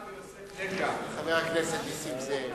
חבר הכנסת נסים זאב.